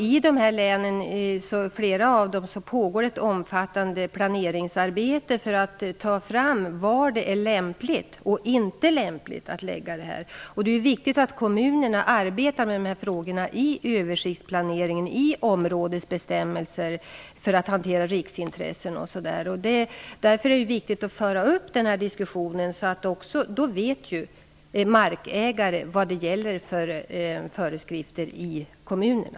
I flera av dessa län pågår ett omfattande planeringsarbete för att ta fram var det är lämpligt respektive inte lämpligt att placera vindkraftverk. Det är viktigt att kommunerna tar hänsyn till riksintressen när de arbetar med dessa frågor i sina översiktsplaneringar och områdesbestämmelser. Därför är det viktigt att föra upp den här diskussionen. Då vet markägaren vad det är för föreskrifter som gäller i kommunerna.